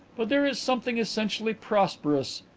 but there is something essentially prosperous.